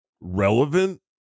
relevant